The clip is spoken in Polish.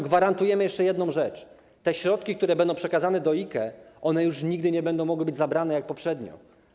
Gwarantujemy jeszcze jedną rzecz, te środki, które będą przekazane do IKE, już nigdy nie będą mogły być zabrane jak poprzednio.